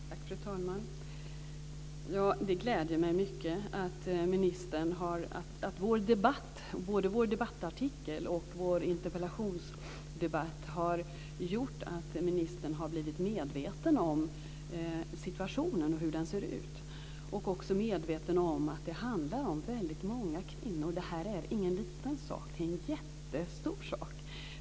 Fru talman! Det gläder mig mycket att vår debattartikel och denna interpellationsdebatt har gjort att ministern har blivit medveten om situationen och hur den ser ut, och också medveten om att det handlar om väldigt många kvinnor. Det här är ingen liten sak; det är en jättestor sak.